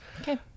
Okay